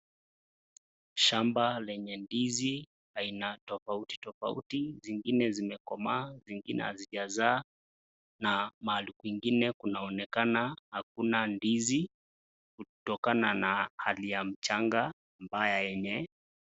Shamba lenye ndizi aina tofauti tofauti zingine zimekomaa zingine hazijazaa na mahali kwingine kunaonekana akuna ndizi kutokana na hali ya mchanga ambaye yenye..